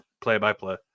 play-by-play